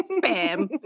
spam